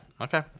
Okay